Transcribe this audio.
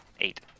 Eight